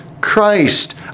Christ